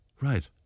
Right